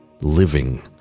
living